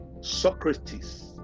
Socrates